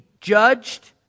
judged